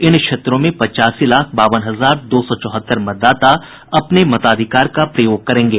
इन क्षेत्रों में पच्चासी लाख बावन हजार दो सौ चौहत्तर मतदाता अपने मताधिकार का प्रयोग करेंगे